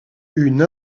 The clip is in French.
une